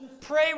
Pray